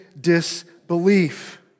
disbelief